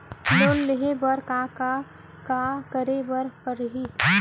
Loan लेहे बर का का का करे बर परहि?